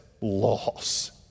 loss